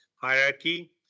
hierarchy